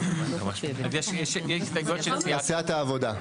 יש הסתייגות אחת של סיעת העבודה.